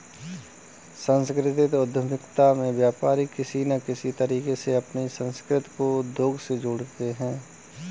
सांस्कृतिक उद्यमिता में व्यापारी किसी न किसी तरीके से अपनी संस्कृति को उद्योग से जोड़ते हैं